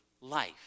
life